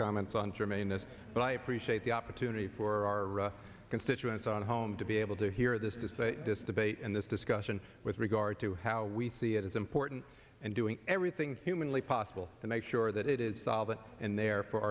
this but i appreciate the opportunity for our constituents on home to be able to hear this to say this debate and this discussion with regard to how we see it is important and doing everything humanly possible to make sure that it is solve it and there for